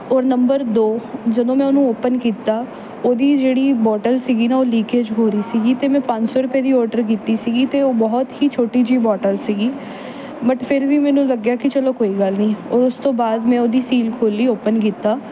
ਔਰ ਨੰਬਰ ਦੋ ਜਦੋਂ ਮੈਂ ਉਹਨੂੰ ਓਪਨ ਕੀਤਾ ਉਹਦੀ ਜਿਹੜੀ ਬੋਟਲ ਸੀਗੀ ਉਹ ਨਾ ਲੀਕੇਜ ਹੋ ਰਹੀ ਸੀਗੀ ਅਤੇ ਮੈਂ ਪੰਜ ਸੌ ਰੁਪਏ ਦੀ ਓਡਰ ਕੀਤੀ ਸੀਗੀ ਅਤੇ ਉਹ ਬਹੁਤ ਹੀ ਛੋਟੀ ਜਿਹੀ ਬੋਟਲ ਸੀਗੀ ਬੱਟ ਫਿਰ ਵੀ ਮੈਨੂੰ ਲੱਗਿਆ ਕਿ ਚੱਲੋ ਕੋਈ ਗੱਲ ਨਹੀਂ ਓਸ ਤੋਂ ਬਾਅਦ ਮੈਂ ਉਹਦੀ ਸੀਲ ਖੋਲ੍ਹੀ ਓਪਨ ਕੀਤਾ